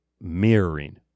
mirroring